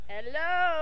Hello